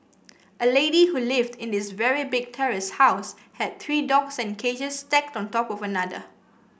a lady who lived in this very big terrace house had three dogs in cages stacked on top of another